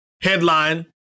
headline